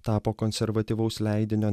tapo konservatyvaus leidinio